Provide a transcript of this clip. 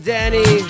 Danny